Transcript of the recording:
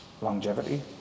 Longevity